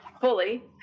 fully